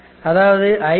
அதாவது i c dvdt